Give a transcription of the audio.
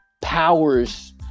powers